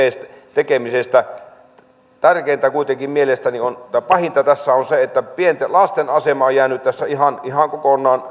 tekemisestä mutta pahinta tässä kuitenkin mielestäni on se että pienten lasten asema on jäänyt tässä ihan ihan kokonaan